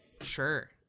Sure